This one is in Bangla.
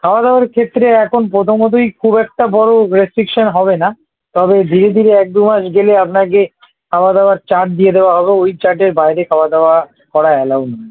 খাওয়া দাওয়ার ক্ষেত্রে এখন প্রথমতই খুব একটা বড়ো রেস্ট্রিকশান হবে না তবে ধীরে ধীরে এক দু মাস গেলে আপনাকে খাওয়া দাওয়ার চার্ট দিয়ে দেওয়া হবে ওই চাটের বাইরে খাওয়া দাওয়া করা অ্যালাউ নেই